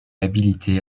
habilité